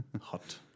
hot